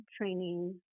training